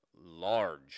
large